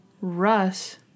Russ